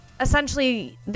essentially